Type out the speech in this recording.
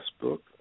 book